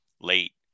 late